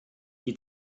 die